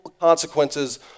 consequences